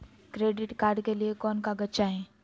Credit card के लिए कौन कागज चाही?